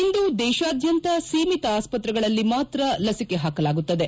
ಇಂದು ದೇಶಾದ್ಯಂತ ಸೀಮಿತ ಆಸ್ಪತ್ರೆಗಳಲ್ಲಿ ಮಾತ್ರ ಲಸಿಕೆ ಹಾಕಲಾಗುತ್ತದೆ